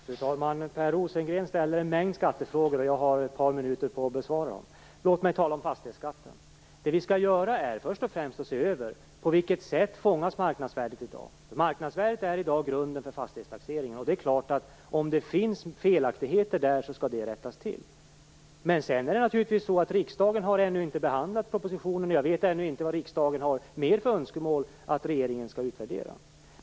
Fru talman! Per Rosengren ställer en mängd skattefrågor, och jag har ett par minuter på mig att besvara dem. Låt mig tala om fastighetsskatten. Det vi skall göra är först och främst att se över på vilket sätt marknadsvärdet fångas i dag. Marknadsvärdet är i dag grunden för fastighetstaxeringen. Finns det felaktigheter där skall de förstås rättas till. Det är dock så att riksdagen ännu inte har behandlat propositionen. Jag vet ännu inte vilka ytterligare önskemål riksdagen har när det gäller vad regeringen skall utvärdera.